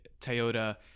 Toyota